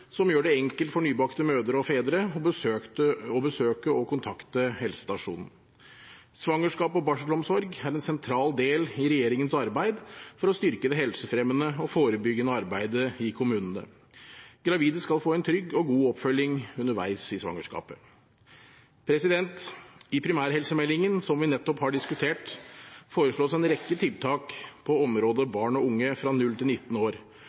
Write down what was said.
som gjør det enkelt for nybakte mødre og fedre å besøke og kontakte helsestasjonen. Svangerskaps- og barselomsorg er en sentral del av regjeringens arbeid for å styrke det helsefremmende og forebyggende arbeidet i kommunene. Gravide skal få en trygg og god oppfølging underveis i svangerskapet. I primærhelsemeldingen, som vi nettopp har diskutert, foreslås en rekke tiltak på området barn og unge fra 0 til 19 år,